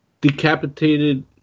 decapitated